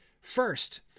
First